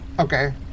Okay